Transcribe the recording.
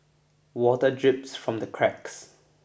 water drips from the cracks